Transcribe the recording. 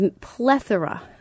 plethora